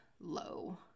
low